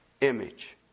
image